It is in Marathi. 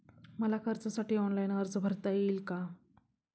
मला कर्जासाठी ऑनलाइन अर्ज भरता येईल का?